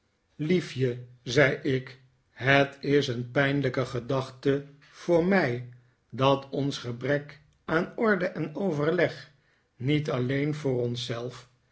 liefje zei ik het is een pijnlijke gedachte voor mij dat ons gebrek aan orde en overleg niet alleen voor